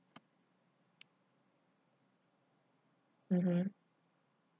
mmhmm